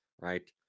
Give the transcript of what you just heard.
right